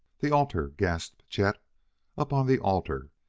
the altar, gasped chet up on the altar!